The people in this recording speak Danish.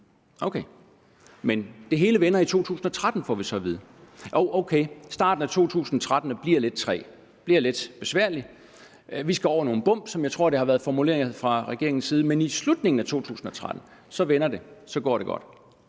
O.k., men det hele vender i 2013, får vi så at vide. O.k., starten af 2013 bliver lidt træg, bliver lidt besværlig, vi skal over nogle bump, som jeg tror det har været formuleret fra regeringens side, men i slutningen af 2013 vender det, og så går det godt.